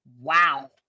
Wow